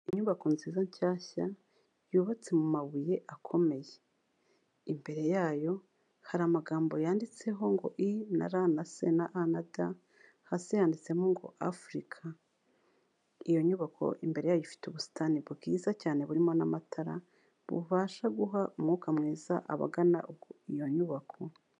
Inyubako nziza nshyashya, yubatse mu mabuye akomeye. Imbere yayo hari amagambo yanditseho ngo i na ra na se na a na da, hasi handitsemo ngo Africa, iyo nyubako imbere yayo ifite ubusitani bwiza cyane burimo n'amatara, bubasha guha umwuka mwiza abagana iyo nyubako.